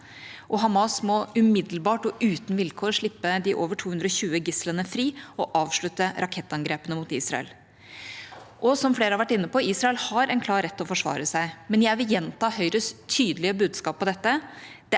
Hamas må umiddelbart og uten vilkår slippe de over 220 gislene fri og avslutte rakettangrepene mot Israel. Som flere også har vært inne på, har Israel en klar rett til å forsvare seg, men jeg vil gjenta Høyres tydelige budskap om dette: